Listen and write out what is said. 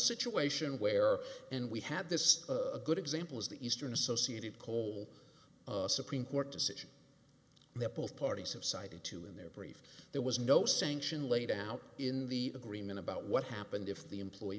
situation where and we have this a good example is the eastern associated coal supreme court decision that both parties have cited to in their brief there was no sanction laid out in the agreement about what happened if the employee